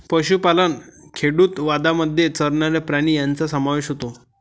पशुपालन खेडूतवादामध्ये चरणारे प्राणी यांचा समावेश होतो